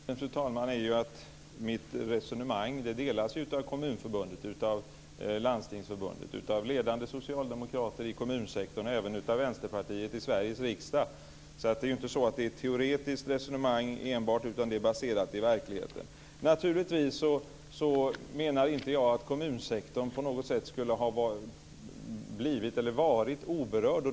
Fru talman! Problemet för ministern är ju att mitt resonemang också förs av Kommunförbundet, Landstingsförbundet och ledande socialdemokrater i kommunsektorn och även av Vänsterpartiet i Sveriges riksdag. Det är inte så att det enbart är ett teoretiskt resonemang, utan det är baserat på verkligheten. Jag menar naturligtvis inte att kommunsektorn på något sätt skulle ha varit oberörd.